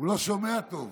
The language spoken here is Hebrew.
הוא לא שומע טוב.